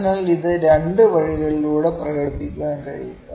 അതിനാൽ ഇത് രണ്ട് വഴികളിലൂടെയും പ്രകടിപ്പിക്കാൻ കഴിയും